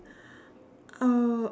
uh